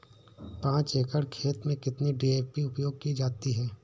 पाँच एकड़ खेत में कितनी डी.ए.पी उपयोग की जाती है?